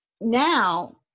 now